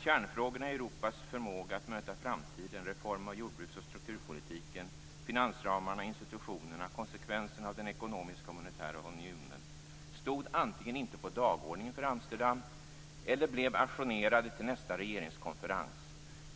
Kärnfrågorna i Europas förmåga att möta framtiden - reform av jordbruks och strukturpolitiken, finansramarna, institutionerna, konsekvenserna av den ekonomiska och monetära unionen - stod antingen inte på dagordningen för Amsterdam eller blev ajournerade till nästa regeringskonferens.